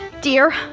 Dear